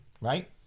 Right